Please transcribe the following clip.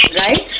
right